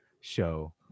show